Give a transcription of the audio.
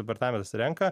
departamentas renka